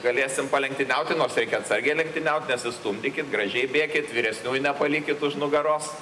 galėsim palenktyniauti nors reikia atsargiai lenktyniaut nesistumdykim gražiai bėkit vyresniųjų nepalikit už nugaros